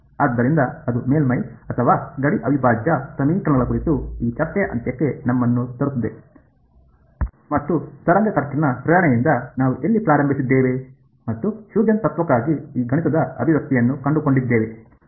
ಆದ್ದರಿಂದ ಅದು ಮೇಲ್ಮೈ ಅಥವಾ ಗಡಿ ಅವಿಭಾಜ್ಯ ಸಮೀಕರಣಗಳ ಕುರಿತು ಈ ಚರ್ಚೆಯ ಅಂತ್ಯಕ್ಕೆ ನಮ್ಮನ್ನು ತರುತ್ತದೆ ಮತ್ತು ತರಂಗ ಖರ್ಚಿನ ಪ್ರೇರಣೆಯಿಂದ ನಾವು ಎಲ್ಲಿ ಪ್ರಾರಂಭಿಸಿದ್ದೇವೆ ಮತ್ತು ಹ್ಯೂಜೆನ್ಸ್ ತತ್ವಕ್ಕಾಗಿ ಈ ಗಣಿತದ ಅಭಿವ್ಯಕ್ತಿಯನ್ನು ಕಂಡುಕೊಂಡಿದ್ದೇವೆ